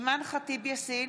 אימאן ח'טיב יאסין,